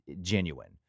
genuine